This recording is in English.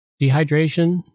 Dehydration